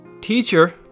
Teacher